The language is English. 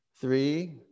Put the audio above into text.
three